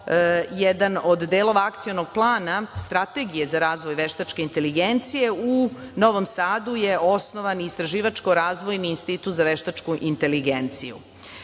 jedan od delova Akcionog plana Strategije za razvoj veštačke inteligencije, u Novom Sadu je osnovan Istraživačko-razvojni institut za veštačku inteligenciju. Zahvaljujući